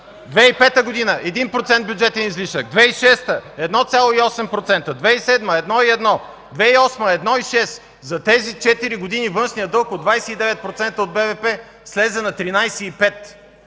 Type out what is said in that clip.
2005 г. – 1% бюджетен излишък; 2006 г. – 1,8%; 2007 г. – 1,1%; 2008 г. – 1,6%. За тези четири години външният дълг от 29% от БВП слезе на 13,5%.